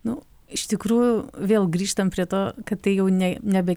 nu iš tikrųjų vėl grįžtam prie to kad tai jau ne nebe